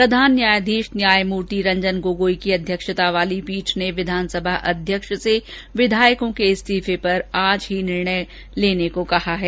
प्रधान न्यायाधीश न्यायमूर्ति रंजन गोगोई की अध्यक्षता वाली पीठ ने विधानसभा अध्यक्ष से विधायकों के इस्तीफे पर आज ही निर्णय लेने को कहा है